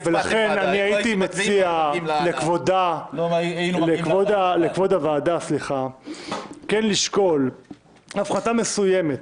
--- לכן הייתי מציע לכבוד הוועדה הציבורית כן לשקול הפחתה מסוימת.